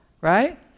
Right